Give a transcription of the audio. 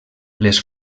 les